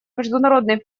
международной